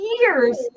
years